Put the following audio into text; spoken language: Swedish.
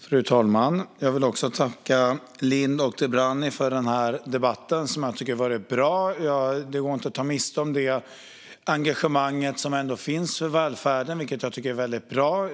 Fru talman! Jag vill också tacka Eva Lindh och Adnan Dibrani för denna debatt som jag tycker har varit bra. Det går inte att ta miste på det engagemang som ändå finns för välfärden, vilket jag tycker är väldigt bra.